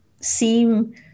seem